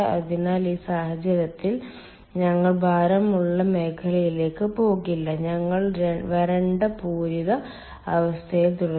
അതിനാൽ ഈ സാഹചര്യത്തിൽ ഞങ്ങൾ ഭാരമുള്ള മേഖലയിലേക്ക് പോകില്ല ഞങ്ങൾ വരണ്ട പൂരിത അവസ്ഥയിൽ തുടരും